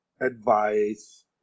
advice